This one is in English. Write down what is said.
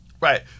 Right